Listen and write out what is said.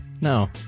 No